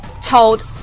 told